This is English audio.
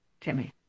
Timmy